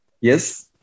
Yes